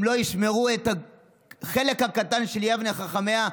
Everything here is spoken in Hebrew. אם לא ישמרו את החלק הקטן של יבנה וחכמיה,